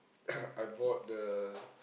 I bought the